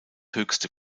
höchste